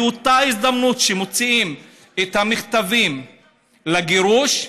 באותה הזדמנות שמוציאים את המכתבים על הגירוש,